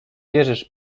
wierzysz